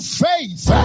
faith